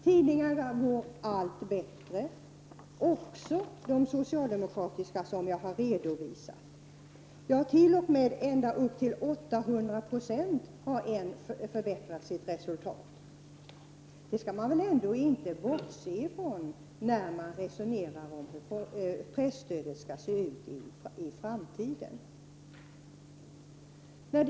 Tidningarna går allt bättre, även de socialdemokratiska, vilket jag har redovisat. En tidning har t.o.m. förbättrat sitt resultat med 800 20. Detta skall man väl ändå inte bortse från när man resonerar om hur presstödet skall se ut i framtiden.